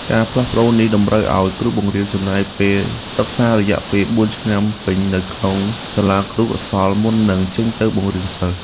ការផ្លាស់ប្តូរនេះតម្រូវឱ្យគ្រូបង្រៀនចំណាយពេលសិក្សារយៈពេលបួនឆ្នាំពេញនៅក្នុងសាលាគរុកោសល្យមុននឹងចេញទៅបង្រៀនសិស្ស។